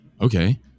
okay